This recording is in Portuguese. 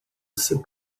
seu